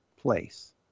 place